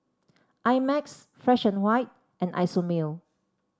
I Max Fresh And White and Isomil